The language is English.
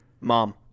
mom